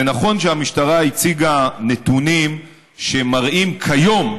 זה נכון שהמשטרה הציגה נתונים שמראים כיום,